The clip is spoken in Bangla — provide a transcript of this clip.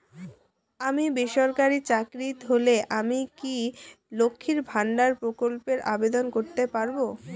আমি বেসরকারি চাকরিরত হলে আমি কি লক্ষীর ভান্ডার প্রকল্পে আবেদন করতে পারব?